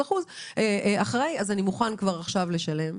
איזושהי אחריות והיא מוכנה לשלם.